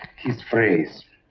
his phrase